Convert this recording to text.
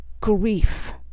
Grief